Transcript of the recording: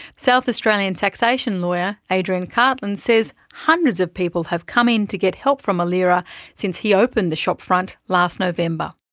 south australian taxation lawyer adrian cartland says hundreds of people have come in to get help from ailira since he opened the shopfront last november.